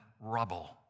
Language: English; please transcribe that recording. rubble